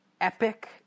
epic